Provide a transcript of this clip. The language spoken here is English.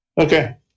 okay